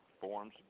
forms